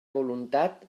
voluntat